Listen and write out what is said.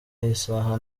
y’isaha